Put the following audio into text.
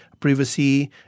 privacy